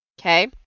Okay